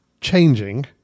changing